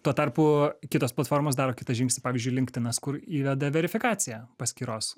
tuo tarpu kitos platformos daro kitą žingsnį pavyzdžiui linktinas kur įveda verifikaciją paskyros